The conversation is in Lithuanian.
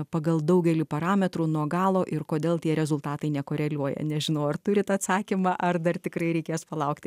pagal daugelį parametrų nuo galo ir kodėl tie rezultatai nekoreliuoja nežinau ar turit atsakymą ar dar tikrai reikės palaukti